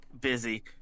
busy